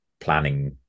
planning